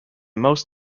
most